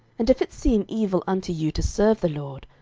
and if it seem evil unto you to serve the lord,